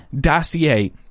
dossier